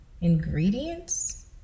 ingredients